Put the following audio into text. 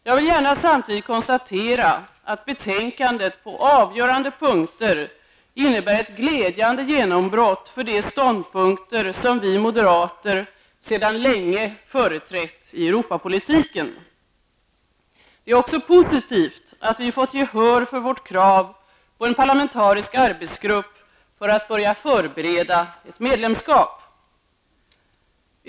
Jag vill gärna samtidigt konstatera att betänkandet på avgörande punkter innebär ett glädjande genombrott för de ståndpunkter som vi moderater sedan länge företrätt i Europapolitiken. Det är också positivt att vi har fått gehör för vårt krav på en parlamentarisk arbetsgrupp för att börja förbereda ett medlemskap.